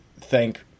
thank